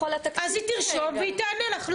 --- אז היא תרשום ותענה לך.